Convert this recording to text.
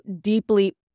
deeply